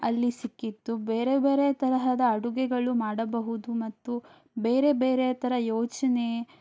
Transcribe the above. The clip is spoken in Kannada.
ಅಲ್ಲಿ ಸಿಕ್ಕಿತ್ತು ಬೇರೆ ಬೇರೆ ತರಹದ ಅಡುಗೆಗಳು ಮಾಡಬಹುದು ಮತ್ತು ಬೇರೆ ಬೇರೆ ಥರ ಯೋಚನೆ